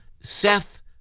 Seth